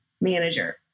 manager